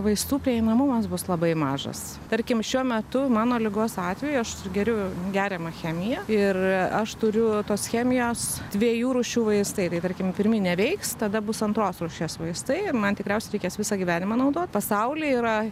vaistų prieinamumas bus labai mažas tarkim šiuo metu mano ligos atveju aš geriu geriamą chemiją ir aš turiu tos chemijos dviejų rūšių vaistai tai tarkim pirmi neveiks tada bus antros rūšies vaistai ir man tikriausiai reikės visą gyvenimą naudot pasauly yra